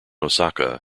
osaka